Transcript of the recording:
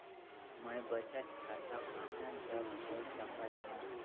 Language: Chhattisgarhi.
मैं बचत खाता कहां जग खोल सकत हों?